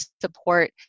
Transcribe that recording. support